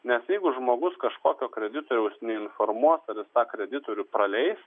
nes jeigu žmogus kažkokio kreditoriaus neinformuos ir jis tą kreditorių praleis